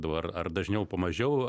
dabar ar dažniau po mažiau